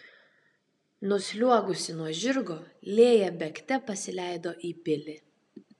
nusliuogusi nuo žirgo lėja bėgte pasileido į pilį